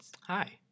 Hi